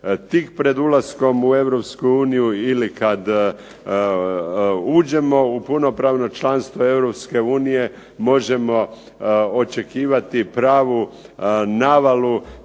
tik pred ulaskom u EU ili kad uđemo u punopravno članstvo EU možemo očekivati pravu navalu,